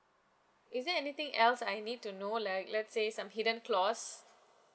is there anything else I need to know like let's say some hidden clause